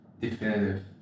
definitive